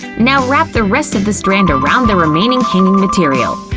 now wrap the rest of the strand around the remaining hanging material.